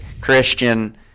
Christian-